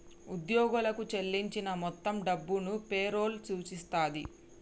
ఉద్యోగులకు చెల్లించిన మొత్తం డబ్బును పే రోల్ సూచిస్తది